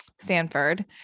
Stanford